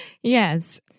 Yes